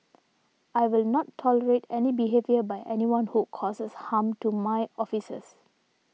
I will not tolerate any behaviour by anyone who causes harm to my officers